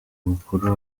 mukuru